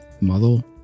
model